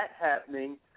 happening